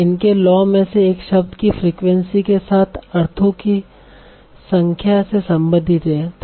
इनके लॉ में से एक शब्द की फ्रीक्वेंसी के साथ अर्थों की संख्या से संबंधित है